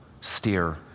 steer